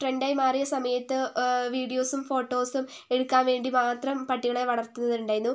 ട്രെൻഡായി മാറിയ സമയത്ത് വീഡിയോസും ഫോട്ടോസും എടുക്കാൻ വേണ്ടി മാത്രം പട്ടികളെ വളർത്തുന്നതുണ്ടേനൂ